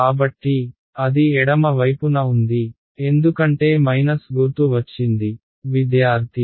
కాబట్టి అది ఎడమ వైపున ఉంది ఎందుకంటే మైనస్ గుర్తు వచ్చింది